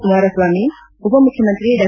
ಕುಮಾರಸ್ವಾಮಿ ಉಪಮುಖ್ಡಮಂತ್ರಿ ಡಾ